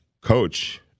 coach